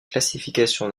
classification